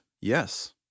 Yes